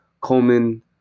Coleman